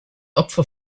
opfer